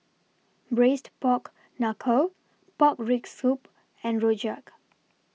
Braised Pork Knuckle Pork Rib Soup and Rojak